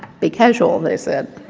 be casual they said.